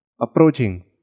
Approaching